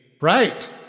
Right